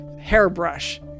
hairbrush